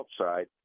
outside